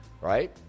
right